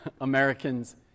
Americans